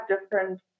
different